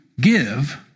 give